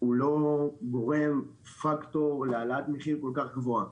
הוא לא גורם פאקטור להעלאת מחיר כל כך גבוהה.